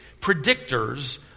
predictors